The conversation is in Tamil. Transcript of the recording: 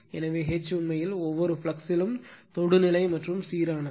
எனவே H உண்மையில் ஒவ்வொரு ஃப்ளக்ஸ்ஸிலும் தொடுநிலை மற்றும் சீரானது